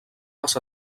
les